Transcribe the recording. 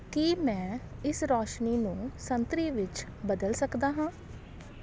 ਕੀ ਮੈਂ ਇਸ ਰੋਸ਼ਨੀ ਨੂੰ ਸੰਤਰੀ ਵਿੱਚ ਬਦਲ ਸਕਦਾ ਹਾਂ